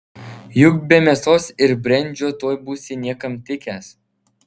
juk be mėsos ir brendžio tuoj būsi niekam tikęs